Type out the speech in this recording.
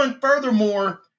Furthermore